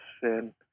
sin